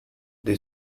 they